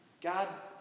God